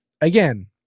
Again